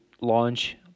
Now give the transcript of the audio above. launch